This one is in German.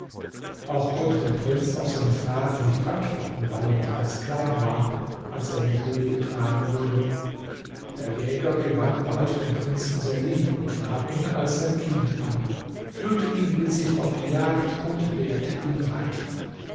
auch konnte der prinz auf seine fragen nicht antworten weil er noch ganz klein war als er in die höhle getragen wurde der jäger gewann bald den prinzen sehr lieb und nahm ihn als sein kind an führte ihn mit sich auf die jagd und lehrte ihn reiten